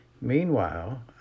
Meanwhile